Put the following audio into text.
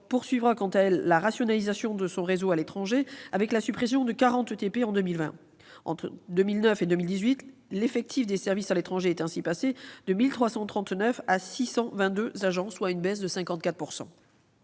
poursuivra quant à elle la rationalisation de son réseau à l'étranger, avec la suppression de 40 ETP en 2020. Entre 2009 et 2018, l'effectif des services à l'étranger est ainsi passé de 1 339 à 622 agents, soit une baisse de 54 %.